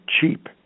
cheap